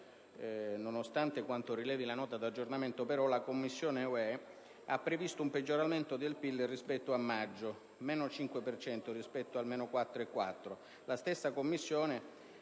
nonostante quanto rilevi la Nota di aggiornamento, però, la Commissione UE ha previsto un peggioramento del PIL rispetto a maggio (meno 5 per cento rispetto a meno 4,4